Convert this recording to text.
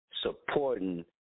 supporting